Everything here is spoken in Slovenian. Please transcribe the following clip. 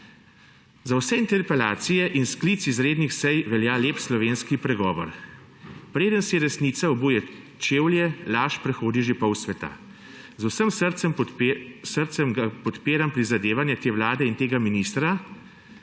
Za vse interpelacije in sklic izrednih sej velja lep slovenski pregovor Preden si resnica obuje čevlje, laž prehodi že pol sveta. Z vsem srcem podpiram prizadevanje te vlade in tega ministra,